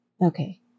Okay